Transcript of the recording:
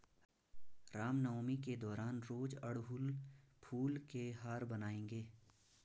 रामनवमी के दौरान रोज अड़हुल फूल के हार बनाएंगे